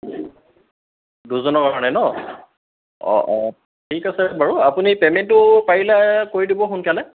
দুজনৰ কাৰণে নহ্ অঁ অঁ ঠিক আছে বাৰু আপুনি পে'মেণ্টটো পাৰিলে কৰি দিব সোনকালে